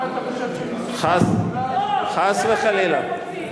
חס וחלילה.